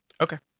Okay